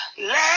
Let